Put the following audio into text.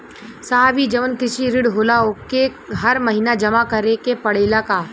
साहब ई जवन कृषि ऋण होला ओके हर महिना जमा करे के पणेला का?